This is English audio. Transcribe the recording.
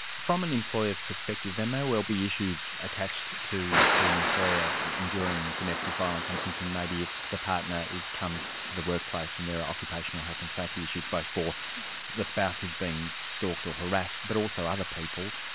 from an employer's perspective, there may well be issues attached to to an employer enduring domestic violence. i'm thinking maybe if the partner yeah comes to workplace and there are occupational health and safety issues both for the spouse who's being stalked or harassed, but also other people.